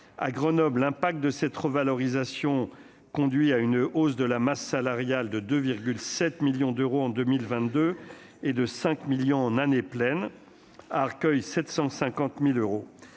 À Grenoble, cette revalorisation conduit à une hausse de la masse salariale de 2,7 millions d'euros en 2022 et de 5 millions en année pleine. À Arcueil, la hausse